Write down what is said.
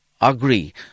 agree